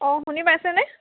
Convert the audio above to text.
অঁ শুনি পাইছেনে